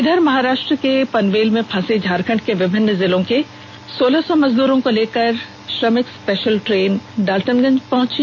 इधर महाराष्ट्र के पनवेल में फसे झारखंड के विभिन्न जिलों के सोलह सौ मजदूरों को लेकर देर रात श्रमिक स्पेषल ट्रेन डालटनंज स्टेषन पहुंची